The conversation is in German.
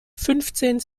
fünfzehn